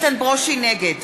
נגד